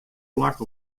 plak